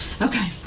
Okay